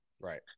Right